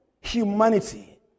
humanity